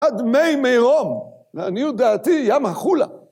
אדמי מירום, ואני דעתי ים החולה.יעייייימ